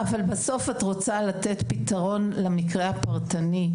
אבל בסוף את רוצה לתת פתרון למקרה הפרטני,